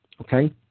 okay